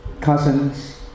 Cousins